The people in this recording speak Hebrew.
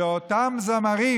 שאותם זמרים